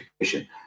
education